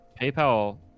PayPal